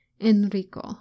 Enrico